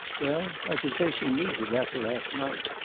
well, i should say she needs it, after last night.